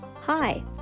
Hi